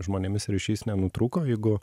žmonėmis ryšys nenutrūko jeigu